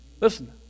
Listen